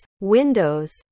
windows